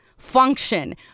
function